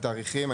התאריכים?